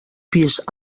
pis